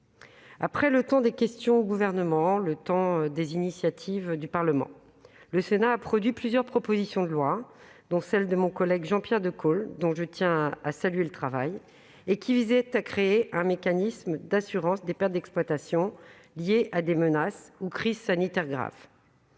Après le temps des questions au Gouvernement est venu celui des initiatives du Parlement. Le Sénat a produit plusieurs propositions de loi, dont celle de mon collègue Jean-Pierre Decool, dont je tiens à saluer le travail, qui visait à créer un mécanisme d'assurance des pertes d'exploitation liées à des menaces ou crises sanitaires graves.